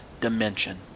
dimension